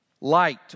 light